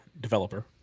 developer